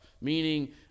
meaning